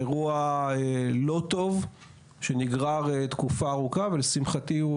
אירוע לא טוב שנגרר תקופה ארוכה ולשמחתי הוא